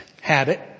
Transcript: habit